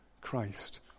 Christ